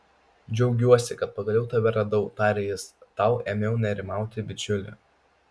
džiaugiuosi kad pagaliau tave radau tarė jis tau ėmiau nerimauti bičiuli